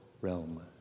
realm